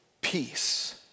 peace